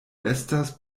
estas